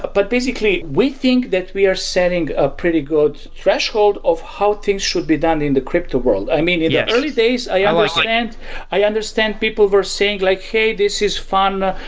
but but basically, we think that we are setting a pretty good threshold of how things should be done in the crypto world. i mean, in the early days i ah understand i understand people were saying like, hey, this is fun. ah